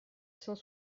cent